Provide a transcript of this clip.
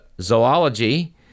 zoology